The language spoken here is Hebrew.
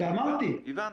הבנו.